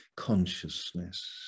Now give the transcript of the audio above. consciousness